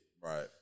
Right